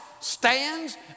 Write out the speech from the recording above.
stands